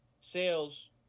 sales